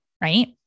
Right